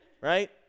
right